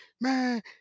man